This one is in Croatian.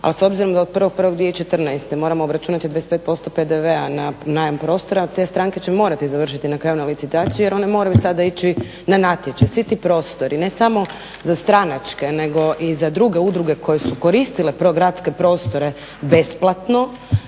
ali s obzirom da od 1.1.2014. moramo obračunati 25% PDV-a na najam prostora, te stranke će morati završiti na kraju na licitaciji jer one moraju sada ići na natječaj. Svi ti prostori ne samo za stranačke nego i za druge udruge koje su koristile prvo gradske prostore besplatno